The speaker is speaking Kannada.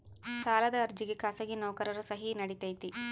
ಸಾಲದ ಅರ್ಜಿಗೆ ಖಾಸಗಿ ನೌಕರರ ಸಹಿ ನಡಿತೈತಿ?